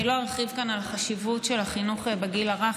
אני לא ארחיב כאן על החשיבות של החינוך בגיל הרך,